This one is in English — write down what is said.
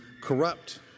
corrupt